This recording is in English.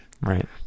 Right